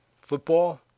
Football